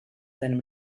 seinem